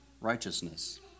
righteousness